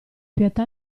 pietà